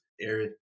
air